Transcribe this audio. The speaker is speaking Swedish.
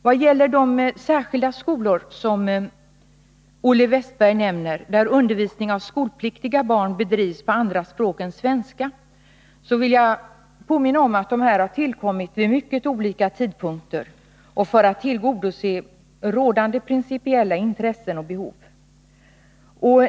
Vad gäller de särskilda skolor som Olle Wästberg nämner — där undervisning av skolpliktiga barn bedrivs på andra språk än svenska — vill jag påminna om att dessa skolor har tillkommit vid mycket olika tidpunkter och för att tillgodose rådande principiella intressen och behov.